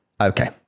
Okay